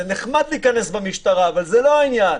זה נחמד להיכנס במשטרה, אבל זה לא העניין.